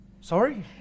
Sorry